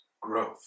growth